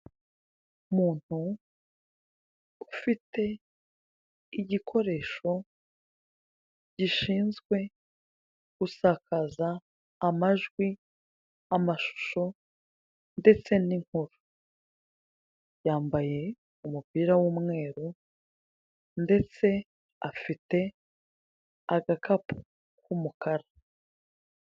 Umuntu ufite igikoresho gishinzwe gusakaza amajwi, amashusho ndetse n'inkuru, yambaye umupira w'umweru ndetse afite agakapu k'umukara.